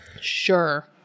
Sure